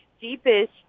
deepest